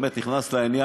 באמת נכנס לעניין,